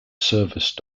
service